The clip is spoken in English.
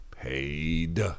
Paid